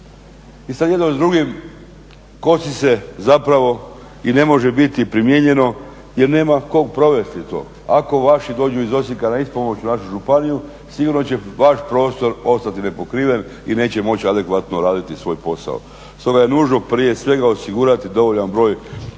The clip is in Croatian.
I sad jedno s drugim kosi se zapravo i ne može biti primijenjeno, jer nema tko provesti to. Ako vaši dođu iz Osijeka na ispomoć u našu županiju sigurno će vaš prostor ostati nepokriven i neće moći adekvatno raditi svoj posao. Stoga je nužno prije svega osigurati dovoljan broj